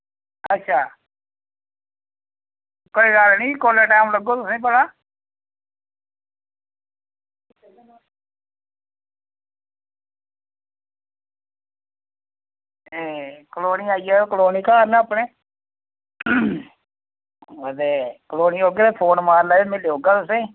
ते अच्छा कोई गल्ल निं कोलै टैम लग्गग तुसें ई भला ते कॉलोनी आई जायो कॉलोनी घर न अपने ते कॉलोनी आह्गे ते में फोन मारी लैगा तुसें ई